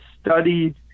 studied